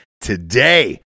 today